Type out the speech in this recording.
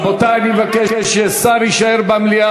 רבותי, אני מבקש ששר תורן